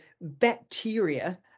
bacteria